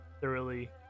thoroughly